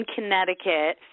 Connecticut